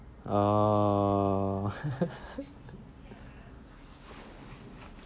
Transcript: oh